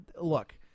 look